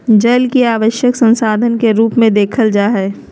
जल के आवश्यक संसाधन के रूप में देखल जा हइ